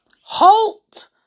Halt